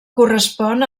correspon